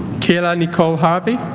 kayla nicole harvey